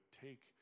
take